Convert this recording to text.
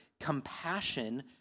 compassion